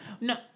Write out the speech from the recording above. No